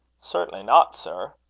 certainly not, sir.